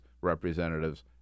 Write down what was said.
representatives